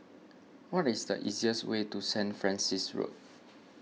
what is the easiest way to Saint Francis Road